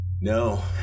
No